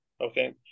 Okay